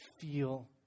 feel